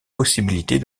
possibilités